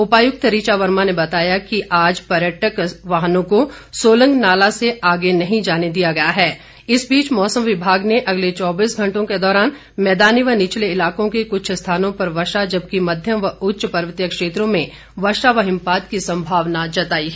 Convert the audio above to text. उपायुक्त ऋचा वर्मा ने बताया कि आज पर्यटक वाहनों को सोलंग नाला से आगे नहीं जाने दिया गया है इस बीच मौसम विभाग ने अगले चौबीस घंटो के दौरान मैदानी व निचले इलाकों के कुछ स्थानों पर वर्षा जबकि मध्य व उच्च पर्वतीय क्षेत्रों में वर्षा व हिमपात की संभावना जताई है